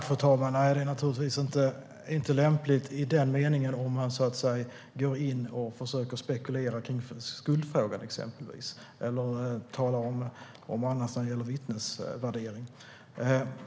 Fru talman! Nej, det är naturligtvis inte lämpligt att gå in och exempelvis spekulera kring skuldfrågan eller vad gäller vittnesvärdering.